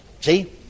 See